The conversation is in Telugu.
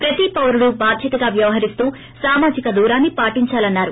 ప్రతి పౌరుడు బాధ్యతగా వ్యవహరిస్తూ సామాజిక దూరాన్ని పాటించాలన్సారు